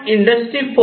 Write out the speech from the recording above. पण इंडस्ट्री 4